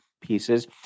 pieces